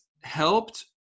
helped